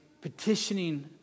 petitioning